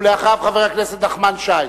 ואחריו, חבר הכנסת נחמן שי.